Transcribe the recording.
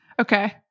Okay